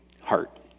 heart